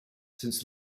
since